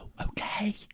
okay